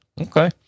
Okay